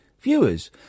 viewers